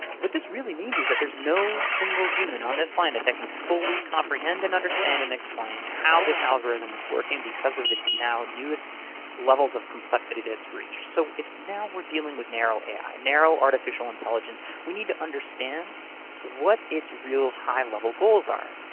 what this really means is that there's no single human on this planet that can fully comprehend and understand and explain how this algorithm is working because of its now newest levels of complexity that it's reached. so now we're dealing with narrow ai, narrow artificial intelligence. we need to understand what its real high-level goals are.